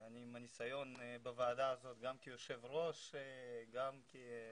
אני, מהניסיון בוועדה הזאת, גם כיושב-ראש -- היית